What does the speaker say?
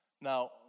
Now